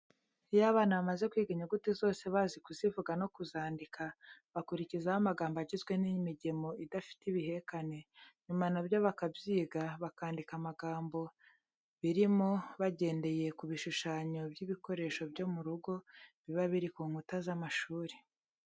Iyo abana bamaze kwiga inyuguti zose bazi kuzivuga no kuzandika, bakurikizaho amagambo agizwe n'imigemo idafite ibihekane, nyuma na byo bakabyiga, bakandika amagambo birimo bagendeye ku bishushanyo by'ibikoresho byo mu rugo, biba biri ku nkuta z'ishuri.